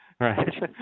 right